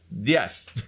yes